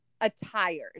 attires